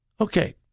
Okay